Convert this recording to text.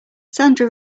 sandra